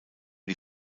die